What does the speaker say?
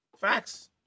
Facts